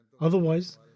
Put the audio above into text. Otherwise